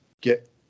get